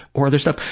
or other stuff?